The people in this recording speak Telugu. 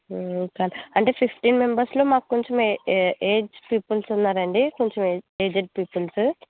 కా అంటే ఫిఫ్టీన్ మెంబర్స్లో మాకు కొంచెం ఏజ్డ్ పీపుల్స్ ఉన్నారు అండి కొంచెం ఏజ్డ్ పీపుల్స్